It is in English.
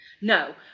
No